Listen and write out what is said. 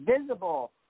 visible